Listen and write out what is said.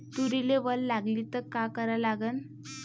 तुरीले वल लागली त का करा लागन?